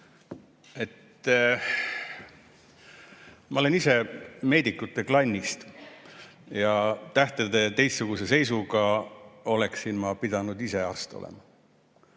Ma olen ise meedikute klannist ja tähtede teistsuguse seisuga oleksin ma pidanud ise arst olema.